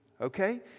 Okay